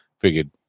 figured